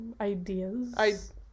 Ideas